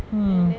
mm